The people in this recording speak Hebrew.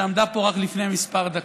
שעמדה פה רק לפני כמה דקות.